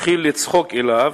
מתחיל לצחוק אליו,